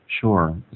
Sure